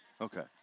Okay